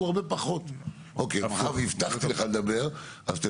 אני לא יודע, אין משהו סטטוטורי שאומר שהמשחק